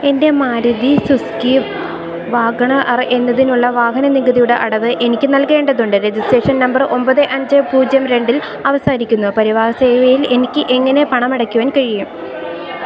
എന്റെ Maruti Suzuki WagonR എന്നതിനുള്ള വാഹനനികുതിയുടെ അടവ് എനിക്ക് നൽകേണ്ടതുണ്ട് രജിസ്ട്രേഷൻ നമ്പർ ഒമ്പത് അഞ്ച് പൂജ്യം രണ്ടില് അവസാനിക്കുന്നു പരിവാഹൻ സേവയിൽ എനിക്കെങ്ങനെ പണമടയ്ക്കുവാൻ കഴിയും